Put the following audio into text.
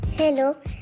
Hello